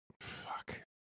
fuck